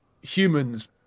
humans